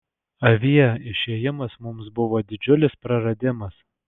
avie išėjimas mums buvo didžiulis praradimas